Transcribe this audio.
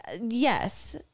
yes